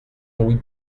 louis